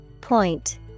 Point